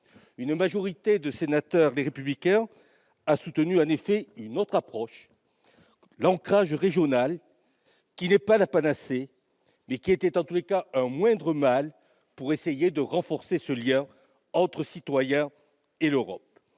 Une majorité de sénateurs du groupe Les Républicains a soutenu une autre approche, l'ancrage régional, qui n'est pas la panacée, mais qui serait dans tous les cas un moindre mal pour essayer de renforcer le lien entre les citoyens et l'Europe.